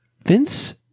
Vince